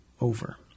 over